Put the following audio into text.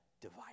divide